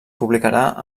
publicarà